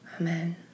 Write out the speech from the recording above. Amen